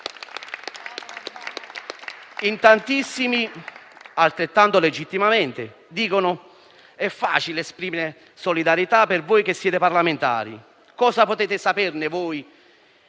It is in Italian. In tantissimi - altrettanto legittimamente - dicono: «È facile esprimere solidarietà per voi parlamentari. Cosa potete saperne voi